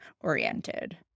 oriented